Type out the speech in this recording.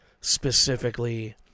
specifically